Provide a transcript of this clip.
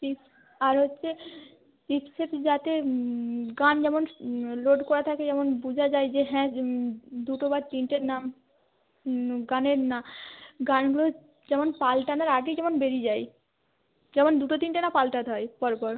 ফিজ আর হচ্ছে টিপ্সেট যাতে গান যেন লোড করা থাকে যেন বোঝা যায় যে হ্যাঁ দুটো বা তিনটে নাম গানের না গানগুলো যেন পাল্টানোর আগেই যেমন বেরিয়ে যায় যেন দুটো তিনটে না পাল্টাতে হয় পরপর